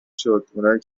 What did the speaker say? شد، اونایی